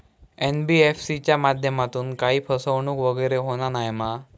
NBFC च्या माध्यमातून काही फसवणूक वगैरे होना नाय मा?